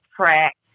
track